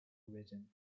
written